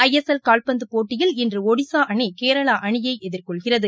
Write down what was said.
ஐ S L கால்பந்து போட்டியில் இன்று ஒடிஸா அணி கேரளா அணியை எதிர்கொள்கிறது